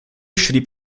schrieb